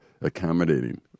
accommodating